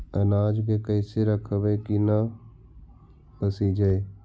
अनाज के कैसे रखबै कि न पसिजै?